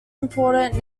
important